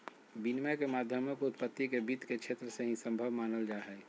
विनिमय के माध्यमों के उत्पत्ति के वित्त के क्षेत्र से ही सम्भव मानल जा हइ